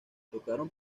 tocaron